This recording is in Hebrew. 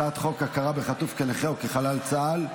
הצעת חוק הכרה בחטוף כנכה או כחלל צה"ל,